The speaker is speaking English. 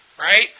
right